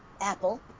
Apple